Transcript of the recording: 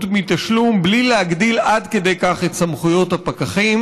מתשלום בלי להגדיל עד כדי כך את סמכויות הפקחים.